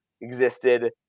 existed